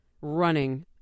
running